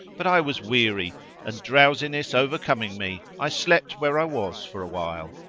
but i was weary and, drowsiness overcoming me, i slept where i was for a while.